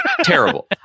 Terrible